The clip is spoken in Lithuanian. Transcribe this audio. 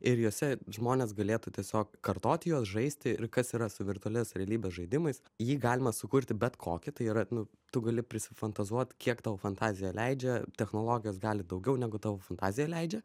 ir jose žmonės galėtų tiesiog kartoti juos žaisti ir kas yra su virtualios realybės žaidimais jį galima sukurti bet kokį tai yra nu tu gali prisifantazuot kiek tavo fantazija leidžia technologijos gali daugiau negu tavo fantazija leidžia